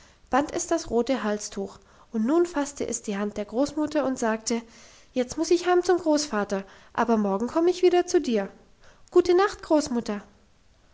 band es das rote halstuch und nun fasste es die hand der großmutter und sagte jetzt muss ich heim zum großvater aber morgen komm ich wieder zu dir gute nacht großmutter